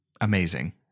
Amazing